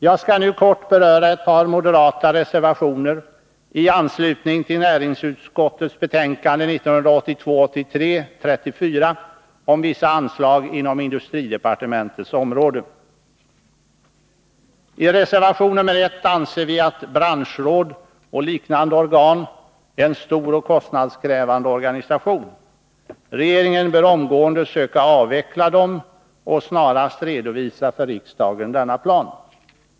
Jag skall kort beröra ett par moderata reservationer i anslutning till näringsutskottets betänkande 1982/83:34 om vissa anslag inom industridepartementets område. I reservation nr 1 anser vi att branschråd och liknande organ är en stor och kostnadskrävande organisation. Regeringen bör omgående söka avveckla dem och snarast för riksdagen redovisa denna plan.